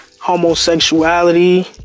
homosexuality